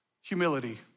Humility